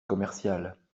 commerciale